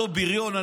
אותו בריון,